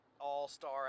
all-star